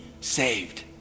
saved